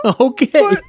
Okay